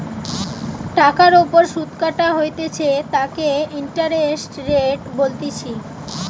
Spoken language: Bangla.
টাকার ওপর সুধ কাটা হইতেছে তাকে ইন্টারেস্ট রেট বলতিছে